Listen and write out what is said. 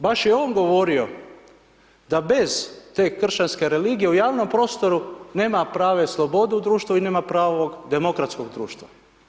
Baš je on govorio da bez te kršćanske religije u javnom prostoru nema prave slobode u društvu i nema pravog demokratskog društva.